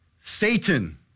Satan